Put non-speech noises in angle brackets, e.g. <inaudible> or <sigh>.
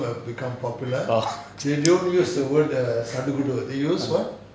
orh <laughs>